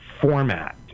format